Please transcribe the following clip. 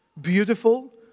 beautiful